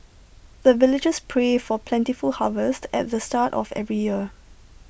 the villagers pray for plentiful harvest at the start of every year